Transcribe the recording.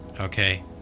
okay